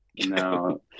No